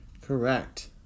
Correct